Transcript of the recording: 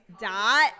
dot